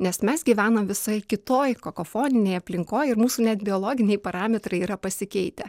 nes mes gyvenam visai kitoj kokofoninėj aplinkoj ir mūsų net biologiniai parametrai yra pasikeitę